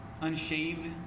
unshaved